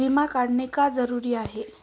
विमा काढणे का जरुरी आहे?